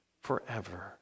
forever